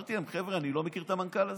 אמרתי להם: חבר'ה, אני לא מכיר את המנכ"ל הזה.